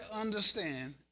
understand